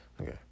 Okay